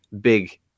big